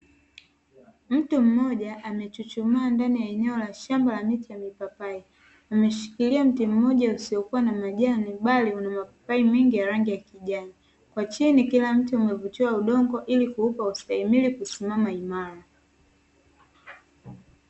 Mtu mmoja amechuchumaa ndani ya eneo la shamba la miche ya mipapai. Ameshikiria mti mmoja usiokuwa na majani, bali una mapapai mengi ya rangi ya kijani kwa chini kila mche umevutiwa udongo ili kuupa kuistahimiri kusimama imara.